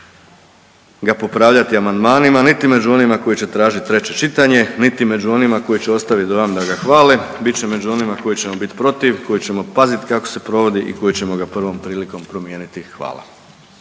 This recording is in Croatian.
ga popravljati amandmanima niti među onima koji će tražiti treće čitanje niti među onima koji će ostaviti dojam da ga hvale. Bit ćemo među onima koji ćemo biti protiv, koji ćemo paziti kako se provodi i koji ćemo ga prvom prilikom promijeniti. Hvala.